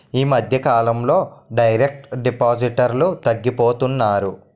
ఈ మధ్యకాలంలో డైరెక్ట్ డిపాజిటర్లు తగ్గిపోతున్నారు